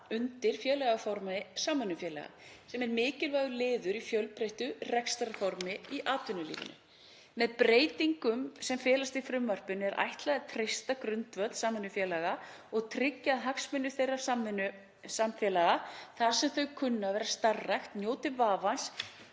undir félagaformi samvinnufélaga, sem er mikilvægur liður í fjölbreyttu rekstrarformi í atvinnulífinu. Þeim breytingum sem felast í frumvarpinu er ætlað að treysta grundvöll samvinnufélaga og tryggja að hagsmunir þeirra samfélaga þar sem þau kunna að vera starfrækt njóti vafans